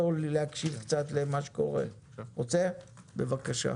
בבקשה.